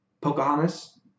Pocahontas